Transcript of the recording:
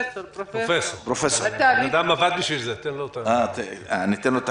אני שואל עד מתי ההנחיות